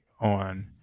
on